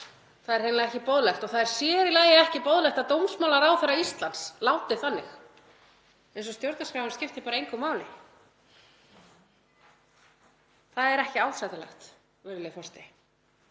Það er hreinlega ekki boðlegt og það er sér í lagi ekki boðlegt að dómsmálaráðherra Íslands láti þannig, eins og stjórnarskráin skipti bara engu máli. Það er ekki ásættanlegt, virðulegi forseti.